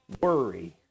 worry